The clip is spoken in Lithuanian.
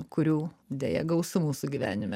kurių deja gausu mūsų gyvenime